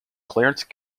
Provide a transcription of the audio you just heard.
clarence